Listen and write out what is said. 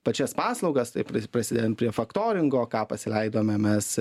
pačias paslaugas taip prisidedant prie faktoringo ką pasileidome mes